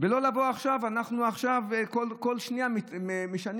ולא לבוא עכשיו: אנחנו עכשיו כל שנייה משנים